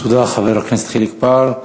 תודה, חבר הכנסת חיליק בר.